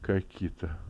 ką kita